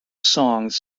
songs